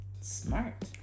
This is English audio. smart